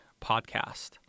podcast